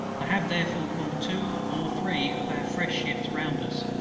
i have therefore called two or three of our fresh ships round us,